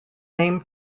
name